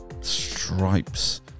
Stripes